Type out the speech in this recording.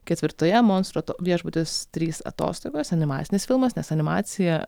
ketvirtoje monstro viešbutis trys atostogos animacinis filmas nes animacija